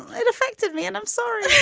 it affected me and i'm sorry.